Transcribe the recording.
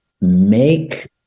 make